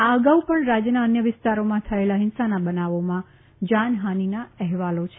આ અગાઉ પણ રાજ્યના અન્ય વિસ્તારોમાં થયેલા ફિંસાના બનાવોમાં જાનફાનિના અહેવાલો છે